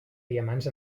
diamants